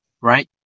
right